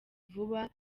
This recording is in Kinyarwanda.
vuba